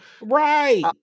Right